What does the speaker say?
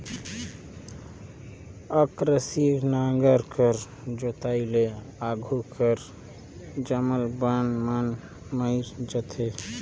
अकरासी नांगर कर जोताई ले आघु कर जामल बन मन मइर जाथे